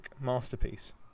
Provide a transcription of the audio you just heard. masterpiece